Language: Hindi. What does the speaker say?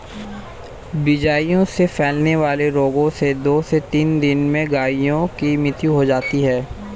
बीजाणु से फैलने वाले रोगों से दो से तीन दिन में गायों की मृत्यु हो जाती है